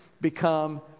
become